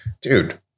Dude